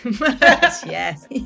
Yes